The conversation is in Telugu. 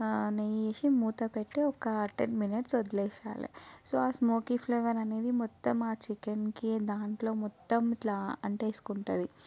నెయ్యి వేసి మూత పెట్టి ఒక టెన్ మినట్స్ వదిలేసేయాలి సో ఆ స్మోకీ ఫ్లేవర్ అనేది మొత్తం ఆ చికెన్కి దాంట్లో మొత్తం ఇట్లా అంటేసుకుంటుంది